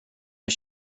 mig